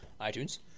iTunes